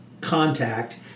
contact